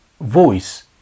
voice